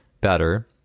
better